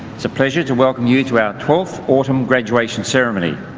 it's a pleasure to welcome you to our twelfth autumn graduation ceremony.